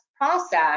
process